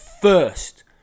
first